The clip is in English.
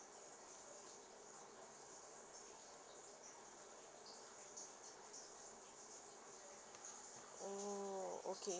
mm okay